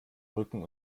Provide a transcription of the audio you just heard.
rücken